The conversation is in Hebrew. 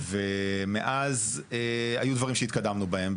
ומאז היו דברים שהתקדמנו בהם,